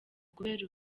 kubera